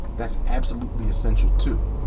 that's absolutely essential too.